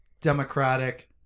democratic